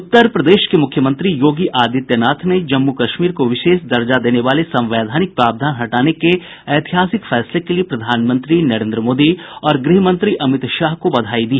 उत्तर प्रदेश के मुख्यमंत्री योगी आदित्य नाथ ने जम्मू कश्मीर को विशेष दर्जा देने वाले संवैधानिक प्रावधान हटाने के ऐतिहासिक फैसले के लिए प्रधानमंत्री नरेंद्र मोदी और गृहमंत्री अमित शाह को बधाई दी